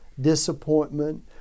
disappointment